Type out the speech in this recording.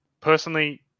personally